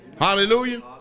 Hallelujah